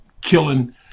killing